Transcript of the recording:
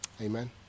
Amen